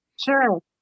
Sure